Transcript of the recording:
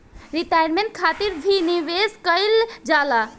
retirement खातिर भी निवेश कईल जाला